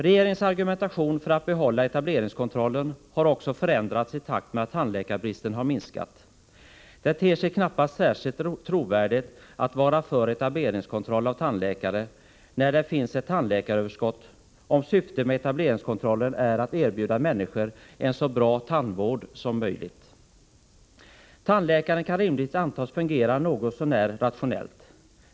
Regeringens argumentation för att behålla etableringskontrollen har också förändrats i takt med att tandläkarbristen har minskat. Det ter sig knappast särskilt trovärdigt att vara för etableringskontroll av tandläkare när det finns ett tandläkaröverskott, om syftet med etableringskontrollen är att erbjuda människor en så bra tandvård som möjligt. Tandläkare kan rimligtvis antas fungera något så när rationellt.